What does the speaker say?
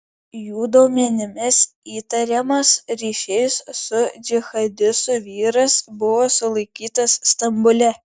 jų duomenimis įtariamas ryšiais su džihadistu vyras buvo sulaikytas stambule